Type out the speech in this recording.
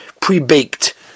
pre-baked